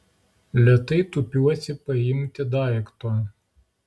lėtai tūpiuosi paimti daikto